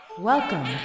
Welcome